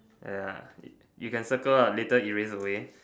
ya you can circle ah later erase away